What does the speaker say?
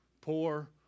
Poor